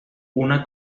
una